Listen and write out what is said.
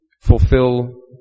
fulfill